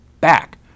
back